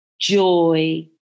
joy